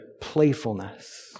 playfulness